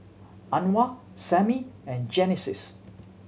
Anwar Sammie and Genesis